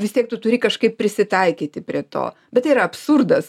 vis tiek tu turi kažkaip prisitaikyti prie to bet yra absurdas